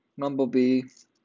Mumblebee